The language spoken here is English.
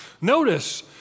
Notice